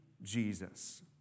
Jesus